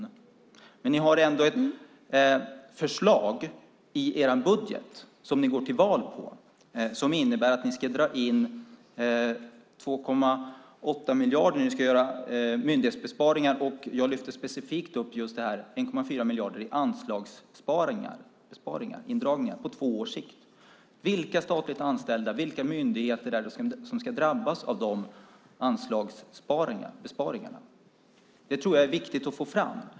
Ja, men ni har ändå ett förslag i er budget, som ni går till val på, som innebär att ni ska dra in 2,8 miljarder genom myndighetsbesparingar. Jag lyfte specifikt upp de 1,4 miljarderna i anslagsbesparingar på två års sikt. Vilka statligt anställda och vilka myndigheter är det som ska drabbas av dessa anslagsbesparingar? Det tror jag är viktigt att få fram.